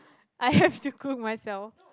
I have to cook myself